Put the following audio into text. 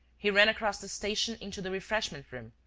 he ran across the station into the refreshment room,